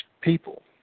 people